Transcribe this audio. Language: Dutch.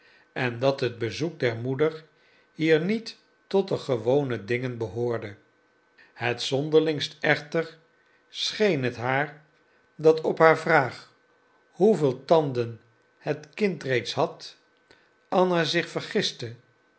en dat het bezoek der moeder hier niet tot de gewone dingen behoorde het zonderlingst echter scheen het haar dat op haar vraag hoeveel tanden het kind reeds had anna zich vergiste